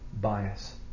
bias